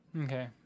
Okay